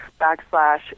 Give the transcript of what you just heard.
backslash